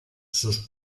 sus